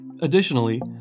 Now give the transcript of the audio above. Additionally